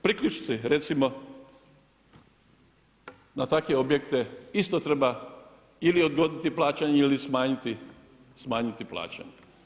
Priključci recimo na takve objekte isto treba ili odgoditi plaćanje ili smanjiti plaćanje.